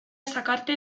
sacarte